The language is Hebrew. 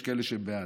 יש כאלה שהם בעד,